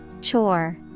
Chore